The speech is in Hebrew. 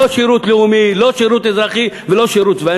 לא שירות לאומי, לא שירות אזרחי ולא שירות צבאי.